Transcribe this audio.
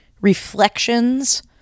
reflections